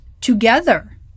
together